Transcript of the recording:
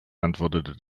antwortete